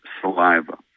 saliva